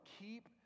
keep